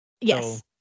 yes